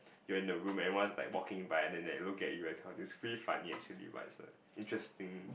you're in the room everyone's like walking by and then they look at you that kind it's pretty funny actually but it's a interesting